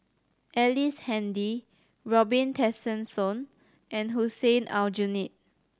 Ellice Handy Robin Tessensohn and Hussein Aljunied